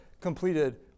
completed